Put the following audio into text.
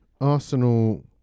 Arsenal